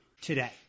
today